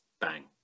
bang